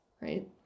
right